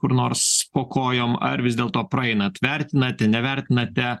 kur nors po kojom ar vis dėlto praeinat vertinate nevertinate